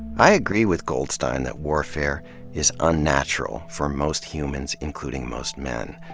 i agree with goldstein that warfare is unnatural for most humans, including most men.